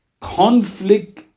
conflict